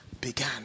began